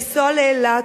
לנסוע לאילת,